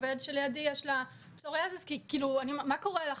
לעובדת שלידי יש פסוריאזיס מה קורה לך?